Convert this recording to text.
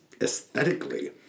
aesthetically